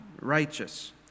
righteous